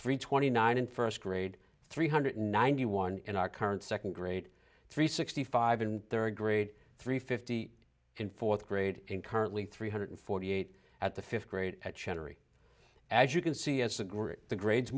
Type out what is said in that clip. three twenty nine in first grade three hundred ninety one in our current second grade three sixty five in third grade three fifty in fourth grade in currently three hundred forty eight at the fifth grade as you can see as the gr